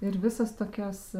ir visos tokios